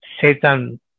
Satan